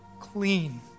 clean